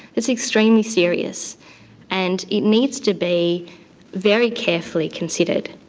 it's extremely serious and it needs to be very carefully considered.